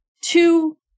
two